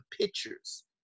pictures